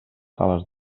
sales